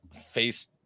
face